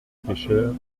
pecheurs